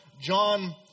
John